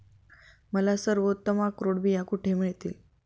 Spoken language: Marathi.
मला सर्वोत्तम अक्रोड बिया कुठे मिळतील